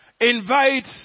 invite